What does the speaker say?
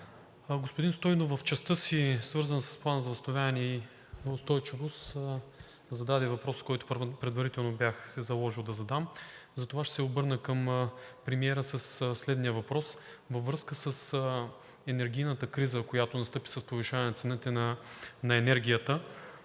Господин Стойнев в частта, свързана с Плана за възстановяване и устойчивост, зададе въпрос, който предварително си бях заложил да задам. Затова ще се обърна към премиера със следния въпрос: във връзка с енергийната криза, която настъпи с повишаване цените на енергията,